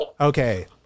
Okay